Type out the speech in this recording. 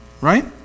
right